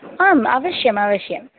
आम् अवश्यम् अवश्यम्